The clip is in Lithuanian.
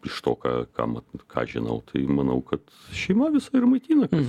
iš to ką ką mat ką aš žinau tai manau kad šeima visa ir maitinasi